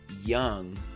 young